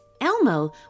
Elmo